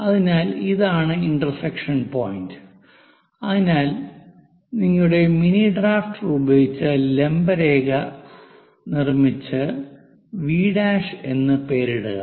അതിനാൽ ഇതാണ് intersection point അതിനാൽ നിങ്ങളുടെ മിനി ഡ്രാഫ്റ്റർ ഉപയോഗിച്ച് ലംബ രേഖ നിർമ്മിച്ച് വി' V' എന്ന് പേരിടുക